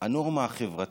הנורמה החברתית.